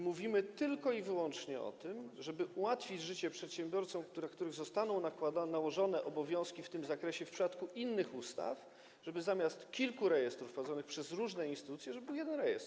Mówimy tylko i wyłącznie o tym, żeby ułatwić życie przedsiębiorcom, na których zostaną nałożone obowiązki w tym zakresie w przypadku innych ustaw, żeby zamiast kilku rejestrów prowadzonych przez różne instytucje był jeden rejestr.